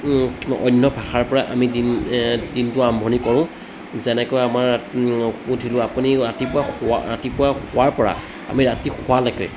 অন্য় ভাষাৰ পৰা আমি দিন দিনটো আৰম্ভণি কৰোঁ যেনেকৈ আমাৰ সুধিলোঁ আপুনি ৰাতিপুৱা শোৱা ৰাতিপুৱা শোৱাৰ পৰা আমি ৰাতি শোৱালৈকে